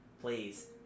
Please